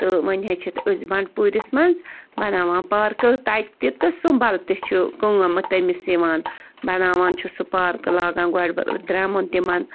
تہٕ وۅنۍ حظ چھِ أسۍ بنٛڈٕپوٗرِس منٛز بَناوان پارکہٕ تَتہِ تہِ تہٕ سُمبل تہِ چھِ کٲم تٔمِس یِوان بَناوان چھُس سُہ پارکہٕ لاگان گۄڈٕ درٛمُن تِمن